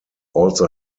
also